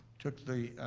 took the,